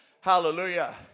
Hallelujah